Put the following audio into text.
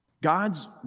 God's